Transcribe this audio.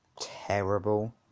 terrible